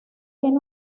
tiene